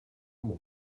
moi